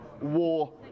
War